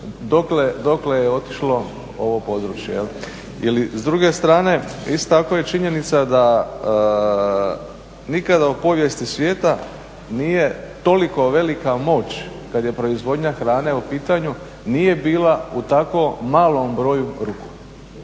dokle je otišlo ovo područje ili s druge strane isto tako je činjenica da nikada u povijesti svijeta nije toliko velika moć kad je proizvodnja hrane u pitanju, nije bila u tako malom broju ruku